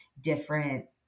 different